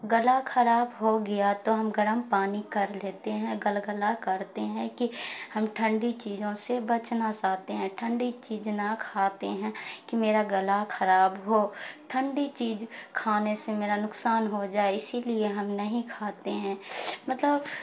گلا خراب ہو گیا تو ہم گرم پانی کر لیتے ہیں گلگلا کرتے ہیں کہ ہم ٹھنڈی چیزوں سے بچنا چاہتے ہیں ٹھنڈی چیز نہ کھاتے ہیں کہ میرا گلا خراب ہو ٹھنڈی چیز کھانے سے میرا نکصان ہو جائے اسی لیے ہم نہیں کھاتے ہیں مطلب